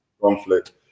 conflict